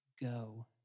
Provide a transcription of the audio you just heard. Go